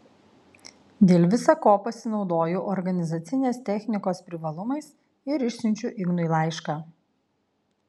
dėl visa ko pasinaudoju organizacinės technikos privalumais ir išsiunčiu ignui laišką